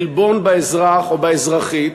עלבון לאזרח או לאזרחית,